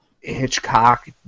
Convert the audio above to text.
Hitchcock